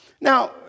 Now